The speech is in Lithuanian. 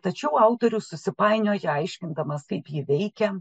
tačiau autorius susipainioja aiškindamas kaip ji veikia